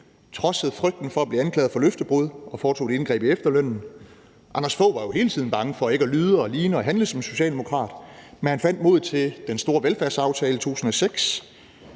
trodsede frygten for at blive anklaget for løftebrud og foretog et indgreb i efterlønnen. Anders Fogh Rasmussen var jo hele tiden bange for at lyde, ligne og handle som en socialdemokrat, men han fandt modet til den store velfærdsaftale i 2006.